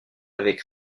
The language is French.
avec